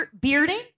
bearding